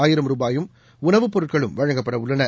ஆயிரம் ரூபாயும் உணவுப் பொருட்களும் வழங்கப்பட உள்ளன